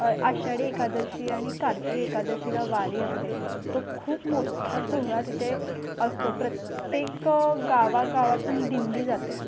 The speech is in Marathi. आषाडी एकादशी आणि कार्तिकी एकादशीला वारी असते तो खूप मोठा सोहळा तिथे असतो प्रत्येक गावागावातून दिंडी जाते